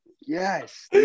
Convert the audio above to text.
Yes